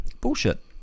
Bullshit